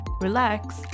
relax